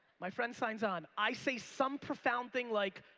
my friend signs on i say some profound thing like,